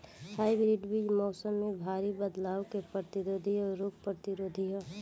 hybrid बीज मौसम में भारी बदलाव के प्रतिरोधी और रोग प्रतिरोधी ह